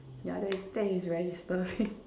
yeah that is that is very disturbing